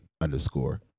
underscore